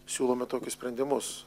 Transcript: siūlome tokius sprendimus